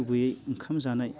गुबैयै ओंखाम जानाय